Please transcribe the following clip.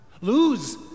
Lose